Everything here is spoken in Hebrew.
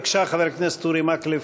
בבקשה, חבר הכנסת אורי מקלב.